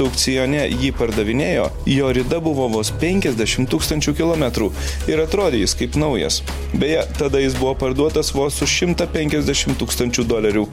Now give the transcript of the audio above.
aukcione jį pardavinėjo jo rida buvo vos penkiasdešim tūkstančių kilometrų ir atrodė jis kaip naujas beje tada jis buvo parduotas vos už šimtą penkiasdešim tūkstančių dolerių